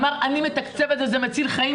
אמר 'אני מתקצב את זה, זה מציל חיים',